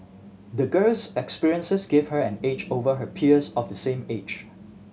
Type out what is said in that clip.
the girl's experiences gave her an edge over her peers of the same age